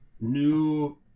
new